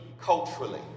culturally